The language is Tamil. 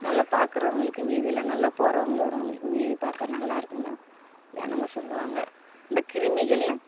நல்ல பார்க்குறவங்களுக்கு வீதியில் நல்லா போகிறவங்க வர்றவங்களுக்கு வீதி பார்க்க நல்லாருக்குணு ஜனங்க சொல்லுவாங்க அந்த கிருமிகளில்